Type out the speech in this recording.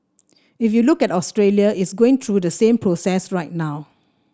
if you look at Australia it's going through the same process right now